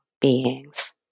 beings